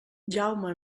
jaume